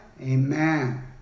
amen